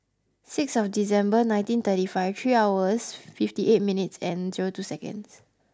six of December nineteen thirty five three hours fifty eight minutes and zero two seconds